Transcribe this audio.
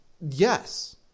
yes